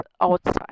outside